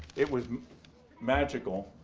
it was magical.